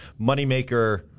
moneymaker –